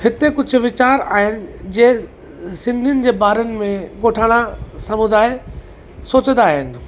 हिते कुझु वीचार आहिनि जंहिं सिंधियुनि जे बारनि में ॻोठाणा समुदाय सोचंदा आहिनि